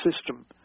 system